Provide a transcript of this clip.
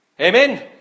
Amen